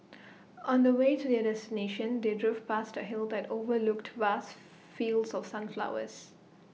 on the way to their destination they drove past A hill that overlooked vast fields of sunflowers